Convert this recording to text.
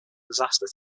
disaster